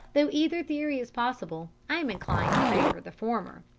though either theory is possible, i am inclined to favour the former.